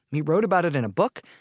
he wrote about it in a book,